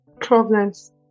problems